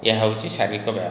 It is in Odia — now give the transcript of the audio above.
ଏହା ହେଉଛି ଶାରୀରିକ ବ୍ୟାୟାମ